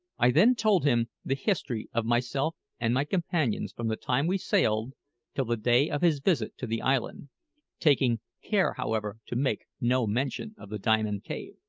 i then told him the history of myself and my companions from the time we sailed till the day of his visit to the island taking care, however, to make no mention of the diamond cave.